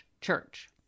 church